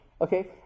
okay